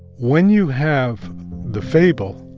when you have the fable,